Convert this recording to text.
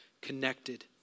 connected